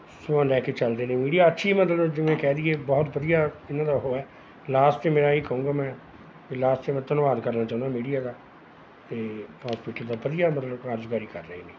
ਸਵੈ ਲੈ ਕੇ ਚੱਲਦੇ ਨੇ ਮੀਡੀਆ ਅੱਛੀ ਮਤਲਬ ਜਿਵੇਂ ਕਹਿ ਦਈਏ ਬਹੁਤ ਵਧੀਆ ਇਹਨਾਂ ਦਾ ਉਹ ਹੈ ਲਾਸਟ 'ਤੇ ਮੇਰਾ ਇਹ ਕਹੂੰਗਾ ਮੈਂ ਲਾਸਟ ਧੰਨਵਾਦ ਕਰਨਾ ਚਾਹੁੰਦਾ ਮੀਡੀਆ ਦਾ ਅਤੇ ਵਧੀਆ ਮਤਲਬ ਕਾਰਜਕਾਰੀ ਕਰ ਰਹੇ ਨੇ